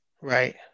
Right